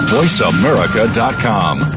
VoiceAmerica.com